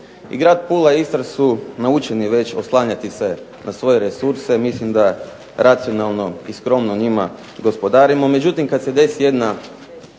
grad Pula i Istra su naučeni već oslanjati se na svoje resurse. Mislim da racionalno i skromno njima gospodarimo.